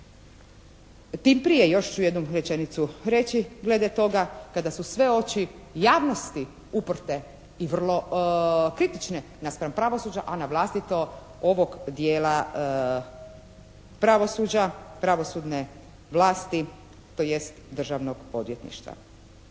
Tim prije, još ću jednu rečenicu reći glede toga, kada su sve oči javnosti uprte i vrlo kritične naspram pravosuđa, a na vlastito ovog dijela pravosuđa, pravosudne vlasti, tj., Državnog odvjetništva.